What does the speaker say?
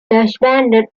disbanded